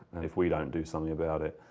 if we don't do something about it,